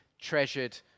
treasured